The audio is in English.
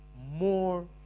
more